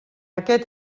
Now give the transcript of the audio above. aquest